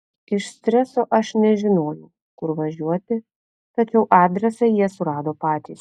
iš streso aš nežinojau kur važiuoti tačiau adresą jie surado patys